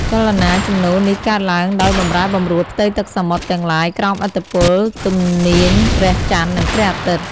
ចលនាជំនោរនេះកើតឡើងដោយបំរែបំរួលផ្ទៃទឹកសមុទ្រទាំងឡាយក្រោមឥទ្ធិពលទំនាញព្រះច័ន្ទ និងព្រះអាទិត្យ។